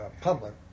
public